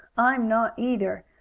i'm not, either,